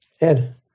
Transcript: Ed